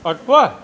અથવા